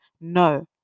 No